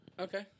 Okay